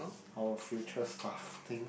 our future stuff thing